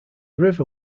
river